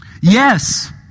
yes